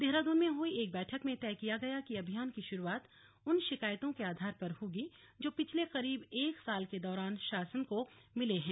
देहरादून में हुई एक बैठक में तय किया गया कि अभियान की शुरुआत उन शिकायतों के आधार पर होगी जो पिछले करीब एक साल के दौरान शासन को मिली हैं